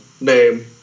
name